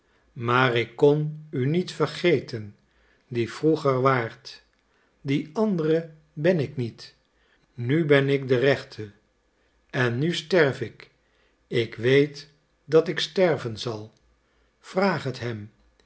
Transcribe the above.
maar ik kon u niet vergeten die vroeger waart die andere ben ik niet nu ben ik de rechte en nu sterf ik ik weet dat ik sterven zal vraag het hem